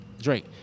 Drake